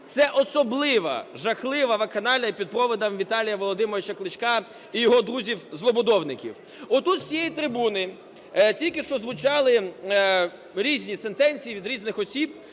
це особлива жахлива вакханалія під проводом Віталія Володимировича Кличка і його друзів "злобудовників". Отут, з цієї трибуни тільки що звучали різні сентенції від різних осіб